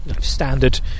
standard